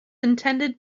intended